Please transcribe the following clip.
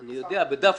אני יודע, בדפנה.